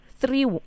Three